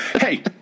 Hey